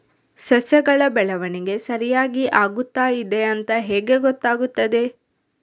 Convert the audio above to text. ಸಸ್ಯಗಳ ಬೆಳವಣಿಗೆ ಸರಿಯಾಗಿ ಆಗುತ್ತಾ ಇದೆ ಅಂತ ಹೇಗೆ ಗೊತ್ತಾಗುತ್ತದೆ?